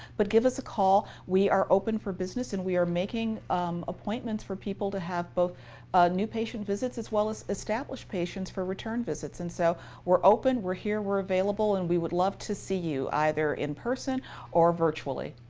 but give us a call. we are open for business. and we are making appointments for people to have but ah new patient visits as well as established patients for return visits. and so we're open. we're here. we're available. and we would love to see you either in-person in-person or virtually.